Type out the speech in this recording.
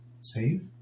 Save